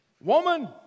Woman